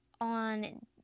on